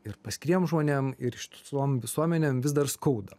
ir paskiriem žmonėm ir ištisom visuomenėm vis dar skauda